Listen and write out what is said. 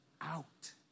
out